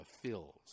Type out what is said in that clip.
fills